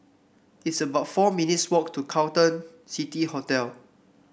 it's about four minutes' walk to Carlton City Hotel